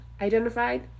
identified